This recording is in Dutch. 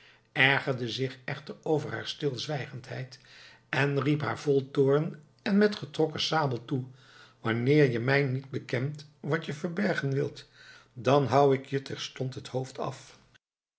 ergerde zich echter over haar stilzwijgendheid en riep haar vol toorn en met getrokken sabel toe wanneer je mij niet bekent wat je verbergen wilt dan houw ik je terstond het hoofd af